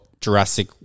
Jurassic